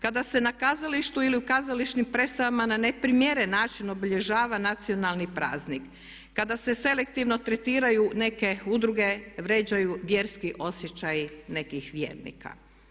Kada se na kazalištu ili u kazališnim predstavama na neprimjeren način obilježava nacionalni praznik, kada se selektivno tretiraju neke udruge, vrijeđaju vjerski osjećaji nekih vjernika.